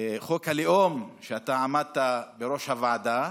בחוק הלאום, שאתה עמדת בראש הוועדה,